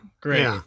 Great